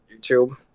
youtube